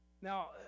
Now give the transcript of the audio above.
Now